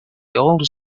always